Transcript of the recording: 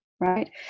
right